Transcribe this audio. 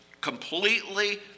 completely